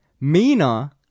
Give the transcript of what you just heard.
Mina